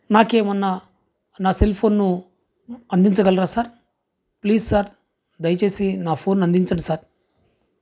నాకు ఏమైనా నా సెల్ ఫోన్ను అందించగలరా సార్ ప్లీజ్ సార్ దయచేసి నా ఫోన్ను అందించండి సార్